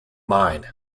mine